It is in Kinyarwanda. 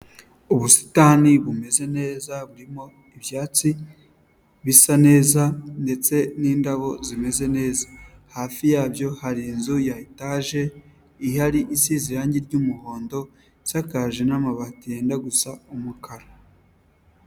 Ubusitani bumeze neza burimo ibyatsi bisa neza ndetse n'indabo zimeze neza, hafi yabyo hari inzu ya etaje ihari isize irange ry'umuhondo isakaje n'amabai yenda gusa umukara.